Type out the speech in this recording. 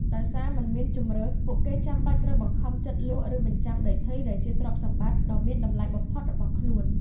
ដោយសារមិនមានជម្រើស ពួកគេចាំបាច់ត្រូវបង្ខំចិត្តលក់ ឬបញ្ចាំដីធ្លីដែលជាទ្រព្យសម្បត្តិដ៏មានតម្លៃបំផុតរបស់ខ្លួន។